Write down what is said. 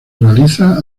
realiza